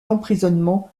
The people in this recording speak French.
emprisonnement